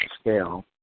scale